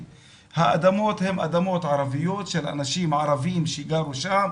האדמות הן אדמות ערביות של אנשים ערבים שגרו שם.